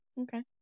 Okay